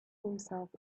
himself